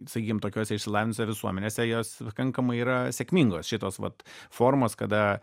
sakykim tokiuose išsilavinusiuose visuomenėse jos pakankamai yra sėkmingos šitos vat formos kada